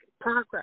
progress